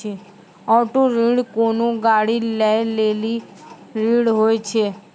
auto ऋण कोनो गाड़ी लै लेली ऋण होय छै